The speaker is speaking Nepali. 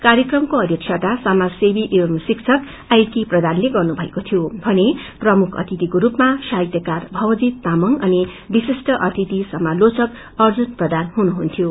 कार्यक्रमको अध्यक्षाता समाजसेवी एवं शिक्षक आईके प्रधानले गर्नु भएको थियो भने प्रमुख अतिथिको रूपमा साहित्यकार भवजीत तामंग अनि विशिष्ट अतिथि समालोचख्क अर्जुन प्रधान हुनुहुन्थ्यो